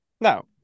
No